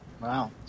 Wow